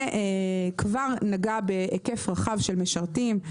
זה כבר נגע בהיקף רחב של משרתים.